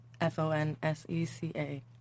F-O-N-S-E-C-A